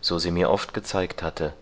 so sie mir oft gezeigt hatte